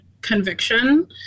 conviction